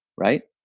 right?